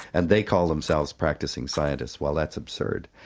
and they call themselves practising scientists, well, that's absurd.